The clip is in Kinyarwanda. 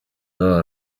meron